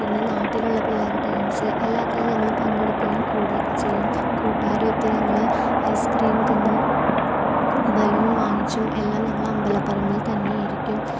പിന്നെ നാട്ടിലുള്ള പിള്ളേരുടെ ഡാൻസ് എല്ലാത്തിലും ഞങ്ങൾ പങ്കെടുക്കയും കൂടെയൊക്കെ ചെയ്യും കൂട്ടാരുമൊത്ത് ഞങ്ങൾ ഐസ് ക്രീം തിന്നും ബലൂൺ വാങ്ങിച്ചും എല്ലാം ഞങ്ങൾ അമ്പലപറമ്പിൽ തന്നെ ഇരിക്കും